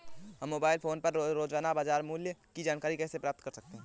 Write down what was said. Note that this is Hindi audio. हम मोबाइल फोन पर रोजाना बाजार मूल्य की जानकारी कैसे प्राप्त कर सकते हैं?